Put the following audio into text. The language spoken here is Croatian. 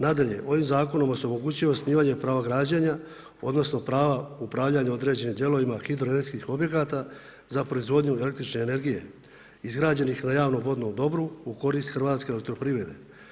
Nadalje, ovim zakonom se omogućuje osnivanje prava građenja, odnosno prava upravljanja određenim dijelovima hidro energetskih objekata za proizvodnju električne energije izgrađenih na javnom vodnom dobru u korist Hrvatske elektroprivrede.